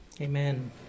Amen